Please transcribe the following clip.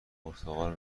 پرتقال